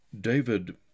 David